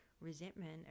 resentment